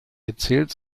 gezählt